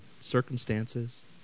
circumstances